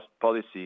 policy